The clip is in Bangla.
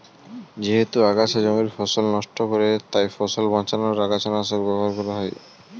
যেহেতু আগাছা জমির ফসল নষ্ট করে তাই ফসল বাঁচানোর জন্য আগাছানাশক ব্যবহার করতে হয়